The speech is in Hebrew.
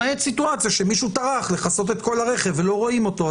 למעט סיטואציה שמישהו טרח לכסות את כל הרכב ולא רואים אותו.